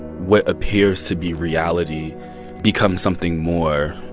what appears to be reality becomes something more